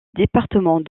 département